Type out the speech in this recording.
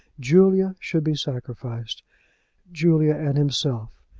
julia should be sacrificed julia and himself!